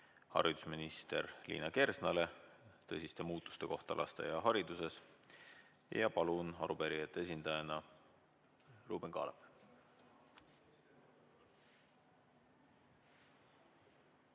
haridusminister Liina Kersnale tõsiste muutuste kohta lasteaiahariduses. Palun, arupärijate esindajana Ruuben Kaalep!